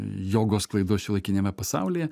jogos sklaidos šiuolaikiniame pasaulyje